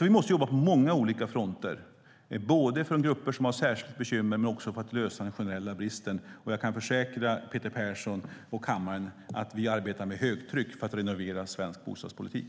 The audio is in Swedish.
Vi måste jobba på många olika fronter, både för de grupper som har särskilda bekymmer och för att lösa den generella bristen. Jag kan försäkra Peter Persson och kammaren att vi arbetar för högtryck med att renovera svensk bostadspolitik.